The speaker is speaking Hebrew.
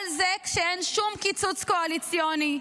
כל זה כשאין שום קיצוץ קואליציוני,